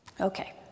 Okay